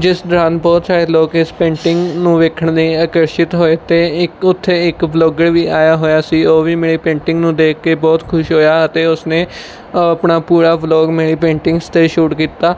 ਜਿਸ ਦੌਰਾਨ ਬਹੁਤ ਸਾਰੇ ਲੋਕ ਇਸ ਪੇਂਟਿੰਗ ਨੂੰ ਵੇਖਣ ਲਈ ਆਕਰਸ਼ਿਤ ਹੋਏ ਅਤੇ ਇੱਕ ਉੱਥੇ ਇੱਕ ਬਲੌਗਰ ਵੀ ਆਇਆ ਹੋਇਆ ਸੀ ਉਹ ਵੀ ਮੇਰੀ ਪੇਂਟਿੰਗ ਨੂੰ ਦੇਖ ਕੇ ਬਹੁਤ ਖੁਸ਼ ਹੋਇਆ ਅਤੇ ਉਸਨੇ ਆਪਣਾ ਪੂਰਾ ਬਲੌਗ ਮੇਰੀ ਪੇਂਟਿੰਗਸ 'ਤੇ ਸ਼ੂਟ ਕੀਤਾ